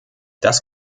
das